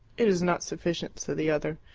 it is not sufficient, said the other.